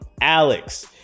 alex